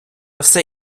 все